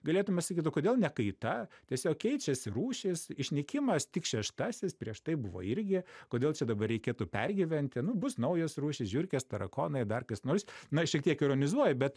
galėtume sakyt o kodėl ne kaita tiesiog keičiasi rūšys išnykimas tik šeštasis prieš tai buvo irgi kodėl čia dabar reikėtų pergyventi nu bus naujos rūšys žiurkės tarakonai dar kas nors na ir šiek tiek ironizuoju bet